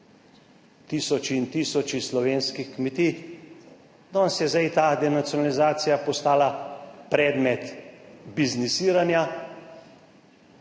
tisoči in tisoči slovenskih kmetij. Danes je zdaj ta denacionalizacija postala predmet biznisiranja.